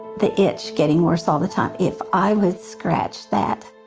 the it's getting worse all the time. if i would scratch that,